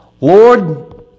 Lord